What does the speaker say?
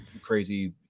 crazy